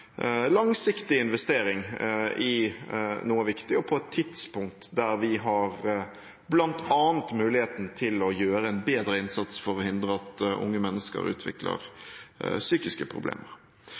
langsiktig investering i noe viktig, og på et tidspunkt der vi har bl.a. muligheten til å gjøre en bedre innsats for å hindre at unge mennesker utvikler